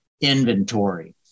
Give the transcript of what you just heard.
inventory